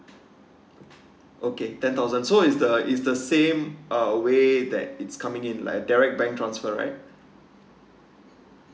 okay ten thousand so is the is the same uh way that it's coming in like direct bank transfer right